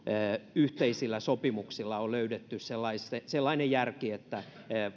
yhteisillä sopimuksilla on löydetty sellainen järki että